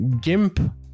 gimp